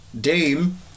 Dame